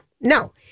No